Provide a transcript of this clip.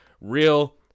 real